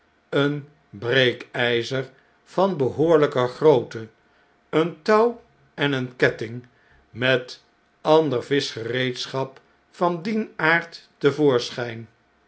een breekijzer van behoorlijke grootte een touw en een ketting met ander vischgereedschap van dien aard